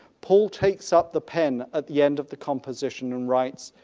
paul takes up the pen at the end of the composition and writes,